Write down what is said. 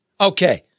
Okay